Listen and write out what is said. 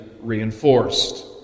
reinforced